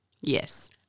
Yes